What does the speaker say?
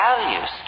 values